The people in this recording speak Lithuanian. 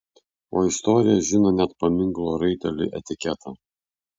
o istorija žino net paminklo raiteliui etiketą